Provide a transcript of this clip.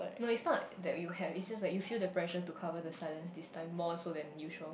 no it's not that you have it's just that you feel the pressure to cover the silence this time more so than usual